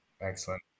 Excellent